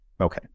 Okay